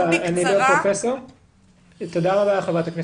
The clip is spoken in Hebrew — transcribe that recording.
תודה רבה.